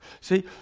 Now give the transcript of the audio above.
See